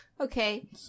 okay